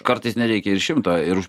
kartais nereikia ir šimto ir už